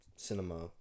Cinema